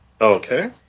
Okay